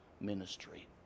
ministry